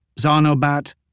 Zarnobat